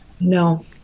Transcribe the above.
No